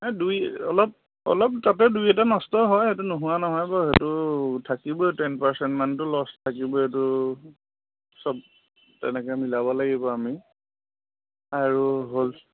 এই দুই অলপ অলপ তাতে দুই এটা নষ্ট হয় সেইটো নোহোৱা নহয় বাৰু সেইটো থাকিবই টেন পাৰ্চেণ্টমানতো লছ থাকিবই এইটো চব তেনেকৈ মিলাব লাগিব আমি আৰু হ'ল